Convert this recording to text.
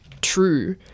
true